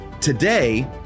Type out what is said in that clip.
Today